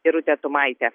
irutė tumaitė